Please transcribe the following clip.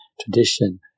tradition